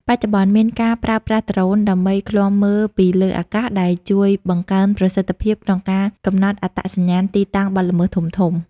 បច្ចុប្បន្ន មានការប្រើប្រាស់ដ្រូនដើម្បីឃ្លាំមើលពីលើអាកាស ដែលជួយបង្កើនប្រសិទ្ធភាពក្នុងការកំណត់អត្តសញ្ញាណទីតាំងបទល្មើសធំៗ។